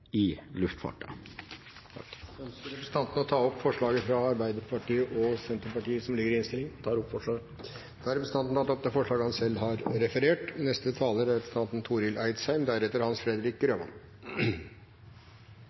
luftfarten. Ønsker representanten å ta opp forslaget fra Arbeiderpartiet og Senterpartiet som ligger i innstillingen? Ja. Da har representanten Kjell-Idar Juvik tatt opp forslaget. Det skal vere trygt å fly i Noreg, og norsk luftfart er